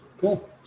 Cool